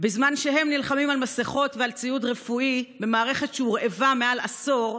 בזמן שהם נלחמים על מסכות ועל ציוד רפואי במערכת שהורעבה מעל עשור,